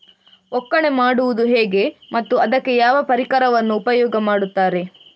ಒಕ್ಕಣೆ ಮಾಡುವುದು ಹೇಗೆ ಮತ್ತು ಅದಕ್ಕೆ ಯಾವ ಪರಿಕರವನ್ನು ಉಪಯೋಗ ಮಾಡುತ್ತಾರೆ?